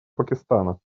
пакистана